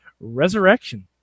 resurrection